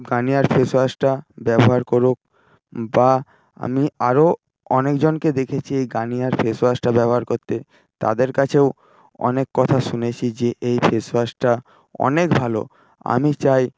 Garnier ফেসওয়াশটা ব্যবহার করুক বা আমি আরও অনেকজনকে দেখেছি এই গার্নিয়ার ফেসয়াশটা ব্যবহার করতে তাদের কাছেও অনেক কথা শুনেছি যে এই ফেসওয়াশটা অনেক ভালো আমি চাই